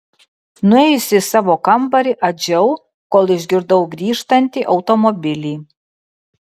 nuėjusi į savo kambarį adžiau kol išgirdau grįžtantį automobilį